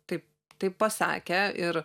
taip taip pasakė ir